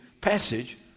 passage